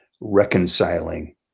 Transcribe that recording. reconciling